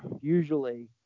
usually